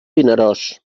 vinaròs